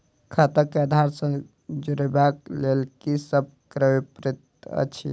खाता केँ आधार सँ जोड़ेबाक लेल की सब करै पड़तै अछि?